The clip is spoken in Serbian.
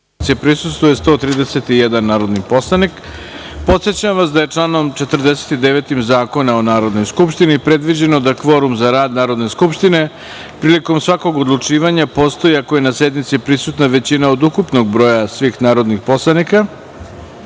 prisustvuje 131 narodni poslanik. Podsećam vas da je članom 49. Zakona o Narodnoj skupštini predviđeno da kvorum za rad Narodne skupštine prilikom svakog odlučivanja postoji ako je na sednici prisutna većina od ukupnog broja svih narodnih poslanika. Molim